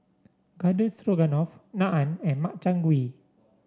Garden Stroganoff Naan and Makchang Gui